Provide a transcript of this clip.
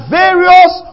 various